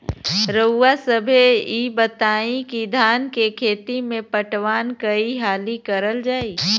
रउवा सभे इ बताईं की धान के खेती में पटवान कई हाली करल जाई?